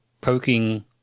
poking